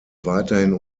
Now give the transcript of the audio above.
weiterhin